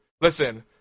Listen